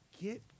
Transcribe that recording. Get